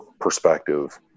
perspective